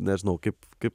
nežinau kaip kaip